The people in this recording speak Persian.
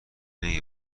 نمی